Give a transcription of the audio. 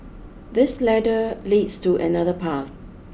this ladder leads to another path